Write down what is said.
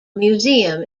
museum